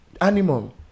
animal